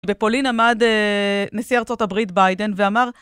בפולין עמד נשיא ארצות הברית ביידן ואמר,